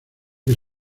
que